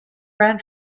brand